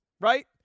Right